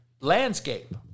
landscape